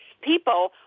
people